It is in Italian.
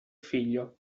figlio